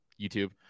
YouTube